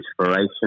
inspiration